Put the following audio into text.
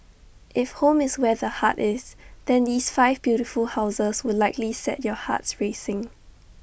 if home is where the heart is then these five beautiful houses will likely set your hearts racing